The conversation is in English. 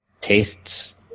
tastes